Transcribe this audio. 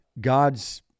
God's